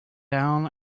down